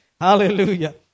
Hallelujah